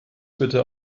bitte